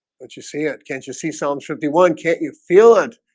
but you see it can't you see some fifty one can't you feel it